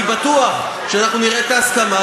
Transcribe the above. אני בטוח שאנחנו נראה את ההסכמה,